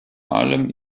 allem